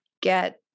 get